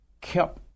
kept